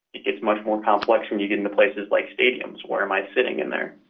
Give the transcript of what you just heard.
it gets much more complex when you get into places like stadiums where am i sitting in there?